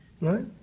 right